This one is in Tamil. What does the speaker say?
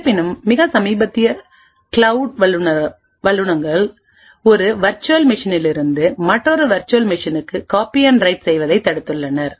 இருப்பினும் மிக சமீபத்தில் கிளவுட் வழங்குநர்கள் ஒரு வெர்ச்சுவல் மெஷினிலிருந்து மற்றொருவெர்ச்சுவல் மெஷினுக்கு காப்பி அண்ட் ரைட் செய்வதை தடுத்துள்ளனர்